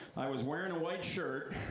i was wearing a white shirt,